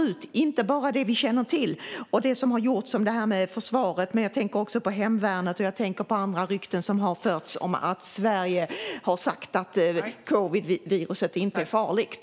Det gäller inte bara det vi känner till har gjorts mot försvaret; jag tänker också på hemvärnet och på andra rykten som har spritts om att Sverige har sagt att covidviruset inte är farligt.